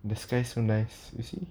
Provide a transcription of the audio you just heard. the sky so nice you see